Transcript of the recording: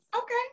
Okay